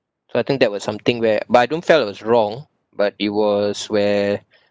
so I think that was something where but I don't felt I was wrong but it was where